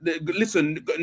Listen